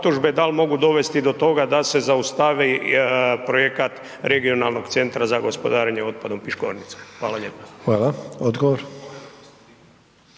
da li mogu dovesti do toga da se zaustavi projekat regionalnog CGO-a Piškornica? Hvala lijepa.